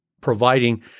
providing